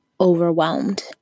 overwhelmed